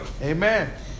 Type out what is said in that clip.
Amen